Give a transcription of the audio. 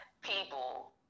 People